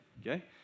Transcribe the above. Okay